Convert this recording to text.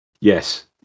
Yes